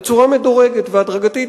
בצורה מדורגת והדרגתית,